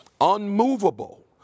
unmovable